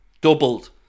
Doubled